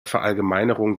verallgemeinerung